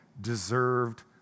deserved